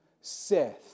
Seth